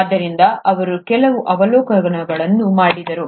ಆದ್ದರಿಂದ ಅವರು ಕೆಲವು ಅವಲೋಕನಗಳನ್ನು ಮಾಡಿದರು